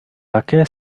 také